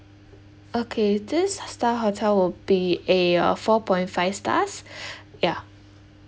okay this has star hotel will be a uh four point five stars ya